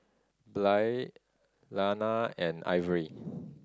Blair Lana and Ivory